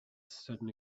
sudden